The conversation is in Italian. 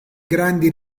grandi